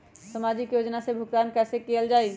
सामाजिक योजना से भुगतान कैसे कयल जाई?